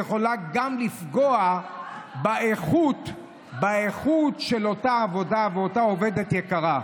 יכולה לפעמים גם לפגוע באיכות של אותה עבודה ואותה עובדת יקרה.